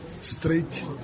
straight